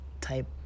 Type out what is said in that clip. type